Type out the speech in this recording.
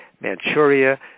Manchuria